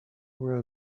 were